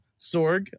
Sorg